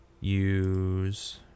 use